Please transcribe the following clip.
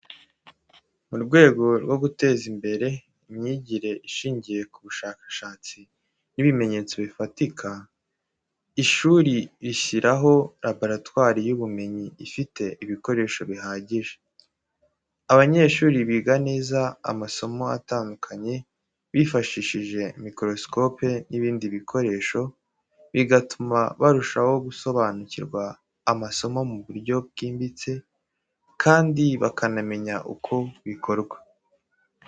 Mu rwego rwo guteza imbere imyigire ishingiye ku bushakashatsi n’ibimenyetso bifatika, ishuri rishyiraho laboratwari y'ubumenyi ifite ibikoresho bihagije. Abanyeshuri biga neza amasomo atandukanye bifashishije mikorosikope n’ibindi bikoresho, bigatuma barushaho gusobanukirwa amasomo mu buryo bwimbitse kandi bakanamenya uko bikorwa.